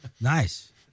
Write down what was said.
Nice